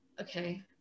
Okay